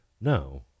No